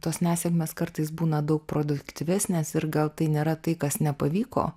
tos nesėkmės kartais būna daug produktyvesnės ir gal tai nėra tai kas nepavyko